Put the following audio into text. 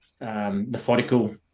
methodical